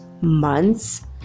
months